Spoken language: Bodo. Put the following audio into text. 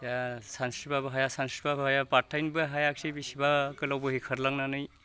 दा सानस्रिबाबो हाया सानस्रिबाबो हाया बारथायनोबो हायाखिसै बिसिबा गोलाव बोहैखारलांनानै